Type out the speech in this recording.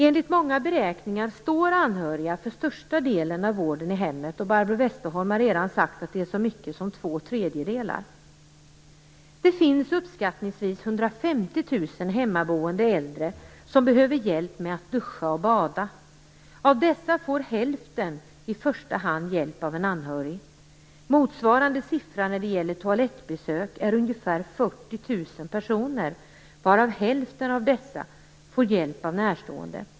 Enligt många beräkningar står anhöriga för största delen av vården i hemmet - Barbro Westerholm har redan sagt att det rör sig om så mycket som två tredjedelar. Det finns uppskattningsvis 150 000 hemmaboende äldre som behöver hjälp med att duscha och bada. Av dessa får hälften i första hand hjälp av en anhörig. Motsvarande siffra när det gäller toalettbesök är ca 40 000 personer varav hälften av dessa får hjälp av en närstående.